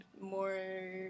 more